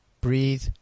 breathe